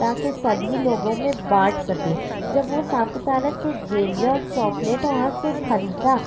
تا کہ سبھی لوگوں میں بانٹ سکیں جب وہ ساپو تارہ سے جیلیاں اور چوکلیٹ وہاں سے خریدا